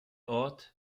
ort